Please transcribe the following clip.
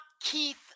Keith